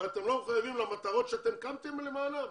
אבל אתם לא מחויבים למטרות שאתם קמתם למענן?